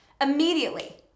immediately